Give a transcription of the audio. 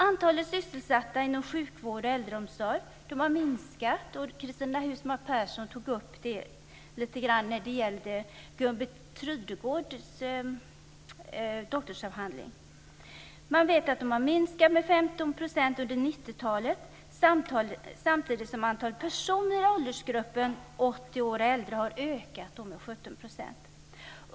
Antalet sysselsatta inom sjukvård och äldreomsorg har minskat. Cristina Husmark Pehrsson tog upp det lite grann när hon talade om Gun-Britt Trydegårds doktorsavhandling. Man vet att de har minskat med 15 % under 90-talet samtidigt som antalet personer i åldersgruppen 80 år och äldre har ökat med 17 %.